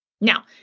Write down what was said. Now